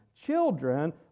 Children